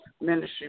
ministry